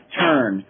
turn